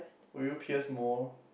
will you pierce more